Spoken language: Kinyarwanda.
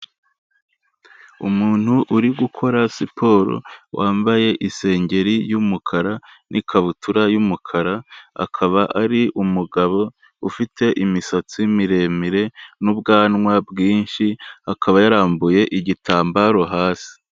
Umuntu uri gukora siporo wambaye isengeri y'umukara n'ikabutura y'umukara, akaba ari umugabo ufite imisatsi miremire n'ubwanwa bwinshi, akaba yarambuye igitambaro hasi.